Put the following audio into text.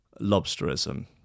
lobsterism